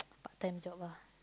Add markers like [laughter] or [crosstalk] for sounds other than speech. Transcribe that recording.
[noise] part-time job ah